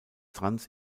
trans